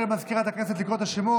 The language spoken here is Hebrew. לסגנית מזכירת הכנסת לקרוא את השמות.